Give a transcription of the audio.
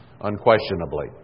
unquestionably